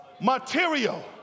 material